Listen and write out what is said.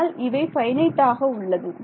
ஆனால் இவை ஃபைனைட்டாக உள்ளது